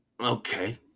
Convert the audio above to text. okay